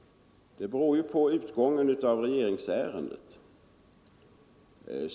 Det beror på hur utgången blir i regeringsärendet.